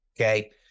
Okay